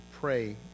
pray